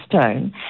stone